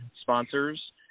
sponsors